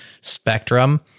spectrum